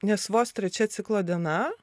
nes vos trečia ciklo diena